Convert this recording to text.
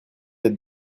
être